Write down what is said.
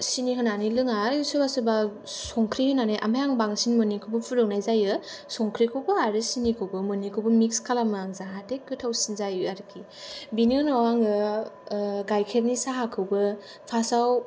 सिनि होनानै लोङा सोरबा सोरबा संख्रि होनानै ओमफाय आङो बांसिन मोननैखौबो फुदुंनाय जायो संख्रिखौबो आरो सिनिखौबो मोननैखौबो मिक्स खालामो आं जाहाथे गोथावसिन जायो आरोखि बिनि उनाव आङो गाइखेरनि साहाखौबो